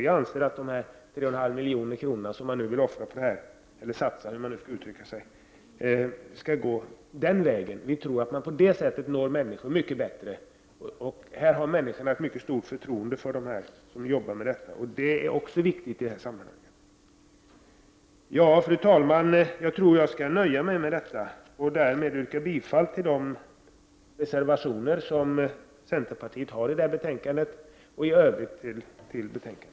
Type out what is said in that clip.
Vi anser att de 3,5 milj.kr. som man nu vill offra, eller satsa, skall gå vägen via hemkonsulentrörelsen som sköts av hushållningssällskapen. Vi tror att man på det sättet når människorna lättare. Människor har dessutom ett mycket stort förtroende för dem som arbetar inom dessa sällskap, och det är också viktigt i det här sammanhanget. Fru talman! Jag nöjer mig med detta. Därmed yrkar jag bifall till de centerreservationer som är fogade till detta betänkande och i övrigt till utskottets hemställan.